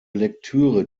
lektüre